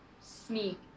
sneak